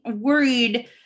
worried